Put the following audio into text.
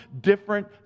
different